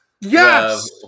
Yes